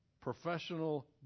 professional